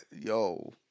yo